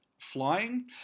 flying